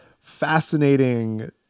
fascinating